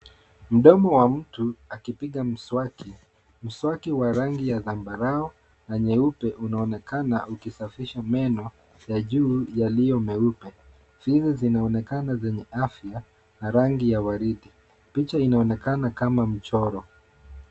Mdomo wa mtu akipiga mswaki. Mswaki wa rangi ya zambarau na nyeupe unaonekana ukisafisha meno ya juu yaliyo meupe. Fizi zinaonekana zenye afya na rangi ya waridi. Picha inaonekana kama mchoro.